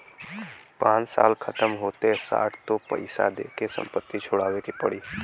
पाँच साल खतम होते साठ तो पइसा दे के संपत्ति छुड़ावे के पड़ी